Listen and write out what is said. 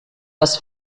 les